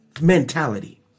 mentality